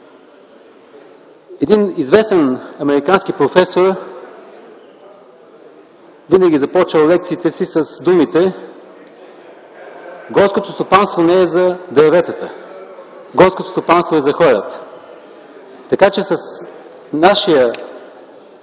един известен американски професор започвал винаги лекциите си с думите: „Горското стопанство не е за дърветата. Горското стопанство е за хората!” Така че с нашия